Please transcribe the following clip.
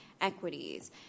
equities